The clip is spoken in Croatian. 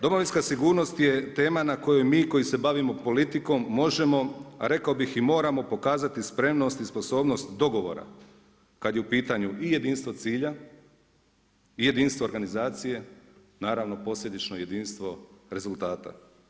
Domovinska sigurnost je tema na koju mi koji se bavimo politikom možemo rekao bih i moramo pokazati spremnost i sposobnost dogovora, kad je u pitanju i jedinstvo cilja i jedinstvo organizacije, naravno posljedično jedinstvo rezultata.